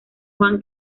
juan